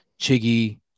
Chiggy